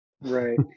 right